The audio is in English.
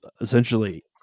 essentially